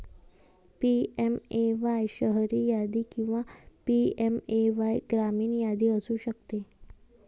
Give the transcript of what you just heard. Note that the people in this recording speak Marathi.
पी.एम.ए.वाय शहरी यादी किंवा पी.एम.ए.वाय ग्रामीण यादी असू शकते